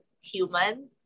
human